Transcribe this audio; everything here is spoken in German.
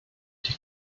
die